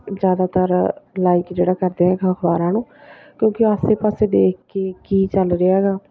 ਜ਼ਿਆਦਾਤਰ ਲਾਈਕ ਜਿਹੜਾ ਕਰਦੇ ਹੈ ਅਖ਼ਬਾਰਾਂ ਨੂੰ ਕਿਉਂਕਿ ਆਸੇ ਪਾਸੇ ਦੇਖ ਕੇ ਕੀ ਚੱਲ ਰਿਹਾ ਗਾ